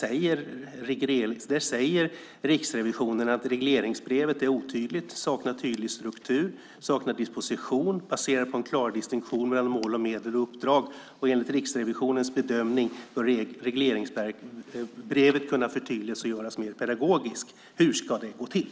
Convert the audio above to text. Riksrevisionen säger att regleringsbrevet är otydligt och saknar en tydlig struktur och disposition, baserad på en klar distinktion mellan mål, medel och uppdrag. Enligt Riksrevisionens bedömning bör regleringsbrevet kunna förtydligas och göras mer pedagogiskt. Hur ska det gå till?